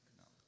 no